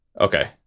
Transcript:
okay